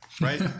Right